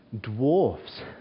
dwarfs